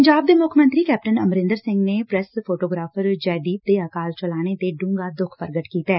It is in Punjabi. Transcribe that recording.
ਪੰਜਾਬ ਦੇ ਮੁੱਖ ਮੰਤਰੀ ਕੈਪਟਨ ਅਮਰਿੰਦਰ ਸਿੰਘ ਨੇ ਪ੍ਰੈਸ ਫੋਟੋਗਰਾਫਰ ਜੈ ਦੀਪ ਦੇ ਅਕਾਲ ਚਲਾਣੇ ਤੇ ਡੂੰਘੇ ਦੁੱਖ ਪ੍ਰਗਟ ਕੀਤੈ